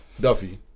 Duffy